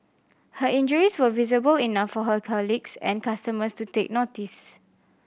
her injuries were visible enough for her colleagues and customers to take notice